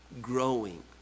growing